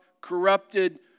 corrupted